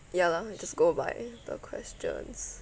ya lah you just go by the questions